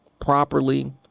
properly